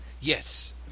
Yes